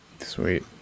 Sweet